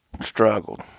struggled